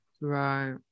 Right